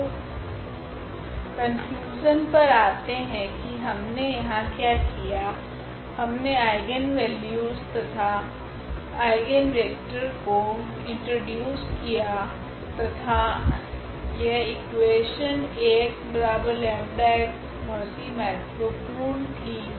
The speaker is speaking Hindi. तो कनक्लूसन पर आते है की हमने यहाँ क्या किया हमने आइगनवेल्यू तथा आइगनवेक्टर को इंट्रड्यूस किया तथा यह इकुवेशन Ax 𝜆x बहुत महत्वपूर्ण थी